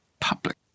public